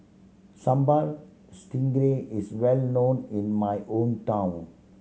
Sambal Stingray is well known in my hometown